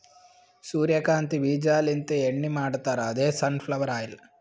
ಸೂರ್ಯಕಾಂತಿ ಬೀಜಾಲಿಂತ್ ಎಣ್ಣಿ ಮಾಡ್ತಾರ್ ಅದೇ ಸನ್ ಫ್ಲವರ್ ಆಯಿಲ್